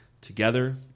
together